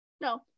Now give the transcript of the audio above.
no